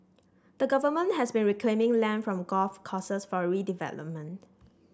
the government has been reclaiming land from golf courses for redevelopment